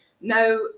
no